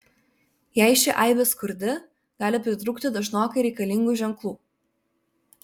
jei ši aibė skurdi gali pritrūkti dažnokai reikalingų ženklų